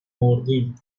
مردیم